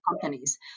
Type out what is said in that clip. companies